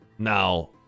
Now